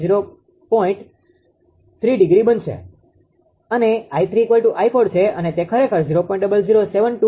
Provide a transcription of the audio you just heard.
03° બનશે અને 𝐼3 𝑖4 છે અને તે ખરેખર 0